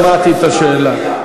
לא שמעתי את השאלה.